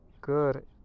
Good